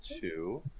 two